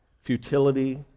futility